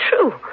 true